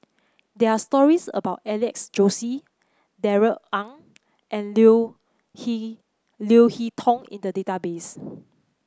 there stories about Alex Josey Darrell Ang and Leo Hee Leo Hee Tong in the database